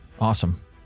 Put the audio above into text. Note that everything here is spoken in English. awesome